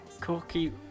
Corky